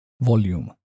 volume